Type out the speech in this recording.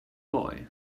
boy